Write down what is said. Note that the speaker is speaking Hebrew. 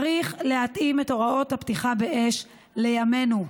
צריך להתאים את הוראות הפתיחה באש לימינו.